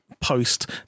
post